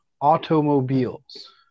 automobiles